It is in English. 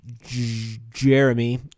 Jeremy